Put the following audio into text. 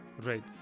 Right